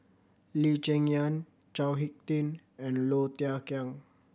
Lee Cheng Yan Chao Hick Tin and Low Thia Khiang